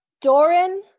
Doran